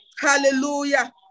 Hallelujah